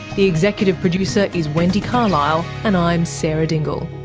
the executive producer is wendy carlisle and i'm sarah dingle